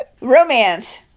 Romance